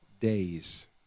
days